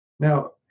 Now